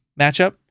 matchup